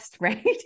right